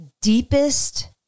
deepest